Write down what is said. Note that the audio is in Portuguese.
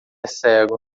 cego